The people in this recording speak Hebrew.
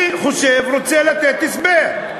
אני חושב, רוצה לתת הסבר,